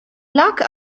luck